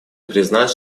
признать